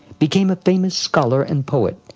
became a famous scholar and poet,